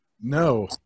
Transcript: No